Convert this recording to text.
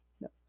no